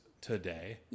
today